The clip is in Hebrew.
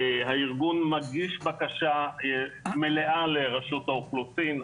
הארגון מגיש בקשה מלאה לרשות האוכלוסין,